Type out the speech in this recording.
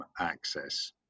access